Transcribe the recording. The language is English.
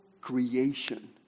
creation